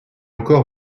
encore